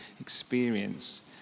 experience